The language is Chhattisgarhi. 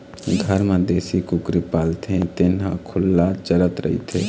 घर म देशी कुकरी पालथे तेन ह खुल्ला चरत रहिथे